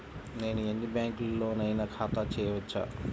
నేను ఎన్ని బ్యాంకులలోనైనా ఖాతా చేయవచ్చా?